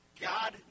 God